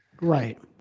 Right